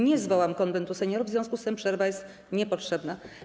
Nie zwołam Konwentu Seniorów, w związku z tym przerwa jest niepotrzebna.